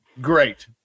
Great